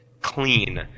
clean